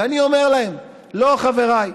ואני אומר להם: לא, חבריי: